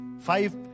five